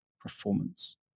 performance